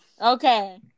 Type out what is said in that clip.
Okay